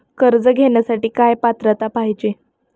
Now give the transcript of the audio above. कर्ज घेण्यासाठी काय पात्रता पाहिजे?